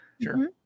sure